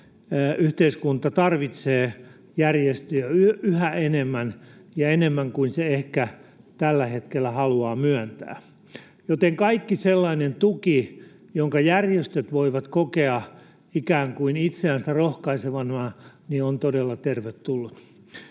yhteiskunta tarvitsee järjestöjä yhä enemmän — ja enemmän kuin se ehkä tällä hetkellä haluaa myöntää — joten kaikki sellainen tuki, jonka järjestöt voivat kokea ikään kuin itseänsä rohkaisevana, on todella tervetullut.